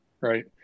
right